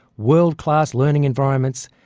world class learning environments,